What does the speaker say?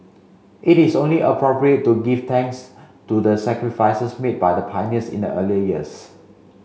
it is only appropriate to give thanks to the sacrifices made by the pioneers in the early years